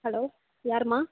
hello யாரும்மா